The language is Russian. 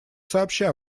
сообща